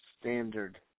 standard